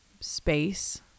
space